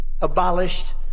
abolished